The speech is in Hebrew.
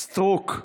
סטרוק,